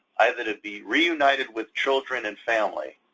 either to be reunited with children and family,